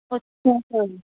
ਅੱਛਾ ਸਰ